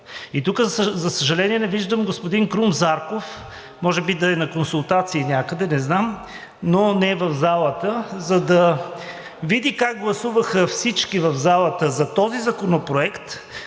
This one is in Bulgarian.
И тук, за съжаление, не виждам господин Крум Зарков, може би да е на консултации някъде, не знам, но не е в залата, за да види как гласуваха всички в залата за този законопроект,